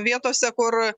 vietose kur